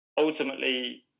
ultimately